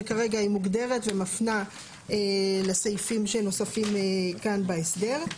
שכרגע היא מוגדרת ומפנה לסעיפים שנוספים כאן בהסדר.